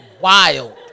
wild